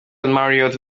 marriot